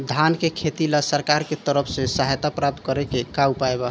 धान के खेती ला सरकार के तरफ से सहायता प्राप्त करें के का उपाय बा?